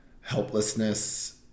helplessness